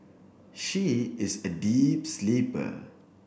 she is a deep sleeper